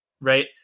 Right